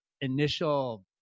initial